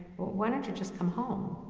why don't you just come home?